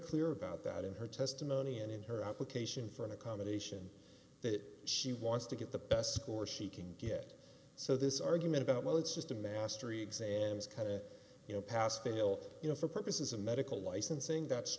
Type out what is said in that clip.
clear about that in her testimony and in her application for an accommodation that she wants to get the best score she can get so this argument about well it's just a mastery and is kind of you know pass fail you know for purposes of medical licensing that's